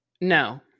No